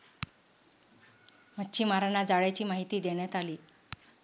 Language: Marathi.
मच्छीमारांना जाळ्यांची माहिती देण्यात आली